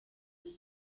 byo